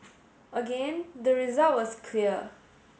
again the result was clear